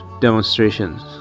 demonstrations